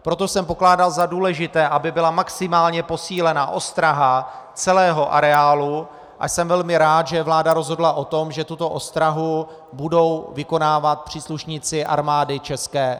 Proto jsem pokládal za důležité, aby byla maximálně posílena ostraha celého areálu, a jsem velmi rád, že vláda rozhodla o tom, že tuto ostrahu budou vykonávat příslušníci Armády ČR.